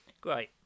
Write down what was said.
Great